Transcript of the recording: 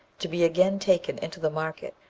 to be again taken into the market,